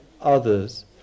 others